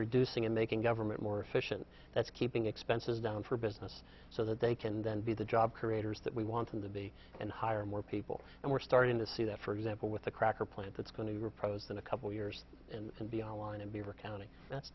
reducing and making government more efficient that's keeping expenses down for business so that they can then be the job creators that we want them to be and hire more people and we're starting to see that for example with a cracker plant that's going to repros than a couple years and the online and beaver county that's